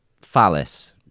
phallus